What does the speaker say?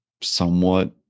somewhat